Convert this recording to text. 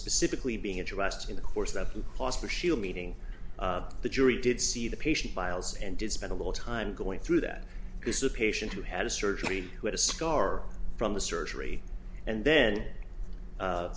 specifically being addressed in the course that possibly she'll meeting the jury did see the patient files and did spend a little time going through that because a patient who had a surgery who had a scar from the surgery and then